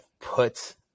put